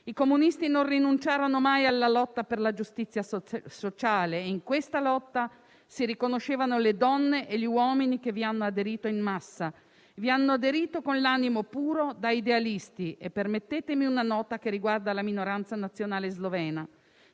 I comunisti non rinunciarono mai alla lotta per la giustizia sociale; in questa lotta si riconoscevano le donne e gli uomini che vi hanno aderito in massa. Vi hanno aderito con l'animo puro, da idealisti. Permettetemi una nota che riguarda la minoranza nazionale slovena: